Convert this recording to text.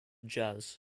jazz